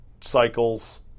Cycles